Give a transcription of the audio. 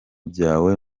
byawe